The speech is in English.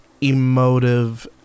emotive